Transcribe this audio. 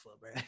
bro